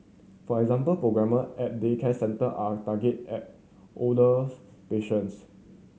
for example programme at daycare centre are targeted at older's patients